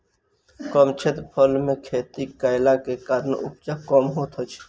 कम क्षेत्रफल मे खेती कयलाक कारणेँ उपजा कम होइत छै